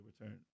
Return